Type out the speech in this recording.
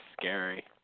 scary